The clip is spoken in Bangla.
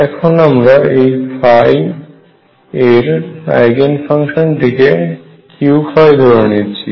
এখন আমরা এই এর আইগেন ফাংশন টিকে Q ধরে নিচ্ছি